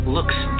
Looks